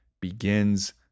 begins